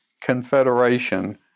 confederation